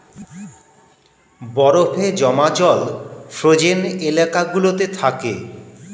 বরফে জমা জল ফ্রোজেন এলাকা গুলোতে থাকে